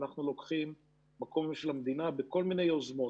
אנחנו לוקחים מקום של המדינה בכל מיני יוזמות,